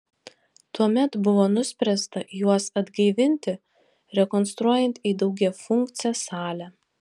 tuomet buvo nuspręsta juos atgaivinti rekonstruojant į daugiafunkcę salę